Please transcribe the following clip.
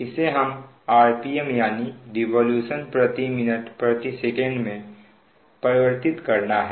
इसे हमें rpm यानी रिवॉल्यूशन प्रति मिनट प्रति सेकंड में परिवर्तित करना है